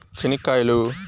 చెనిక్కాయలు